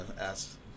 ask